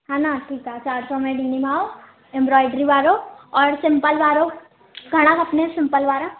हा न ठीकु आहे चारि सौ में ॾींदीमांव एंब्रॉइडरी वारो और सिंपल वारो घणा खपनि सिंपल वारा